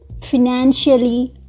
financially